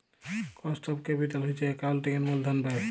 cost of capital হছে একাউল্টিংয়ের মূলধল ব্যায়